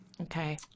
Okay